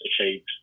achieved